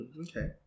Okay